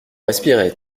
respirait